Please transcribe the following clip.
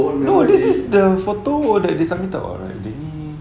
no this is the photo that they submit [tau] like dia ni